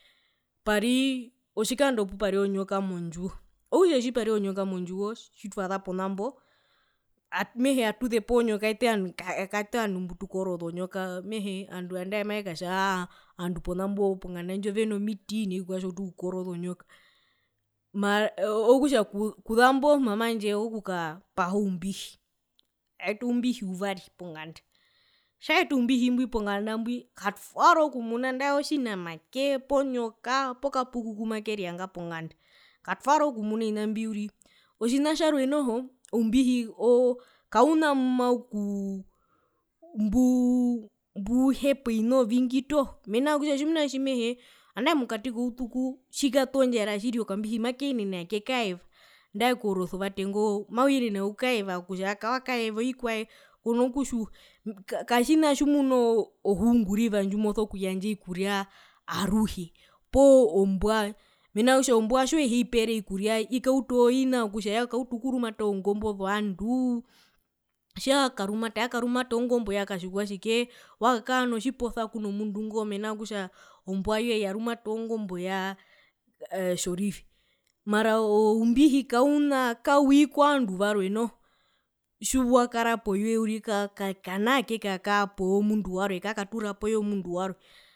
Pari otjikando pu pari onyoka mondjiwo, okutja a tu zepa pzonyoka, orondu ka tu korozonyoka nu handje ma tu tira okutja ovandu mave ka tja tu nomiti, tji twa utu okukora ozonyoka. okuzambo mama a kaeta oumbihi u vari ponganda. okuza nga oumbihi mbi wa etwa katu ya rora okumuna ovipuka rukwao, okutja ovinamake, onyoka poo epuku mbi mavi ryanga ponganda. tjarwe oumbihi kauhepa ovina ovingi, tji wato ndjara mau yenene oku kaeva, nandae koresevate ngo kutja wakaeva ovikwae kona kutjiwa katjina tjimuna o ohunguriva ndjimosokuyandja ovikuria aruhe poo ombua, mena rokutja ombua tjiuheipere ovikuria ikauta oovina vyokutja yakauta okurumata ozongombo zovanduu tjakarumata yakarumata ongombo yakatjikwatjike wakaka notjiposa kuno mundu ngo mena rokutja ombua yoye yarumata ongombo yaa tjorive mara oumbihi kauna kawii kovandu varwe noho tjiwakara poyoye uriri ka kana kekara pomundu warwe kakatura poyomundu warwe.